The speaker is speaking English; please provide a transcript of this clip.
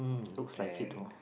um looks like it though